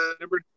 number